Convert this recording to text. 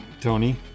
Tony